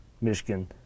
Michigan